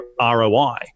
ROI